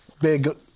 big